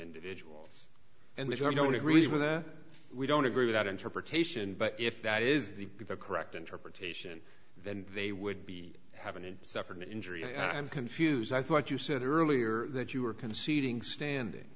individuals and which i don't agree with or we don't agree with that interpretation but if that is the correct interpretation then they would be having an suffered an injury and i'm confused i thought you said earlier that you are conceding standing